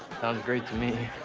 sounds great to me.